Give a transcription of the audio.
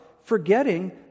forgetting